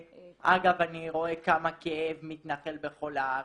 ואגב, אני רואה כמה כאב מתנחל בכל הארץ.